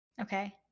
Okay